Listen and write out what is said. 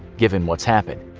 given what's happened.